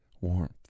warmth